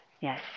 yes